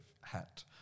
hat